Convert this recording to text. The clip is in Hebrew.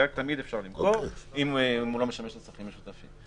גג תמיד אפשר למכור אם הוא לא משמש לצרכים משותפים.